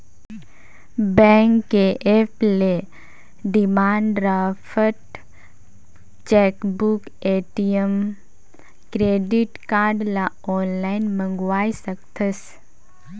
bank के app ले demand draft, chequebook, ATM, credit card ल आनलाइन मंगवाये सकथस